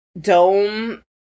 dome